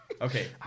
Okay